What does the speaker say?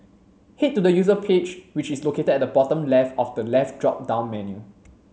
head to the user page which is located at the bottom left of the left drop down menu